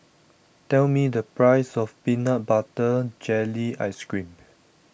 tell me the price of Peanut Butter Jelly Ice Cream